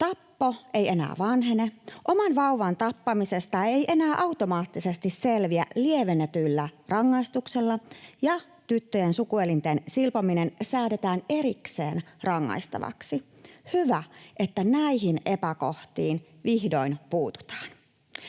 tappo ei enää vanhene, oman vauvan tappamisesta ei enää automaattisesti selviä lievennetyllä rangaistuksella ja tyttöjen sukuelinten silpominen säädetään erikseen rangaistavaksi — hyvä, että näihin epäkohtiin vihdoin puututaan.